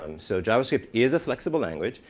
um so javascript is a flexible language,